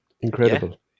incredible